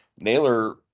Naylor